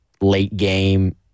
late-game